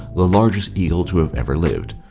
the largest eagle to have ever lived.